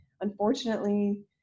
unfortunately